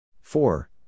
four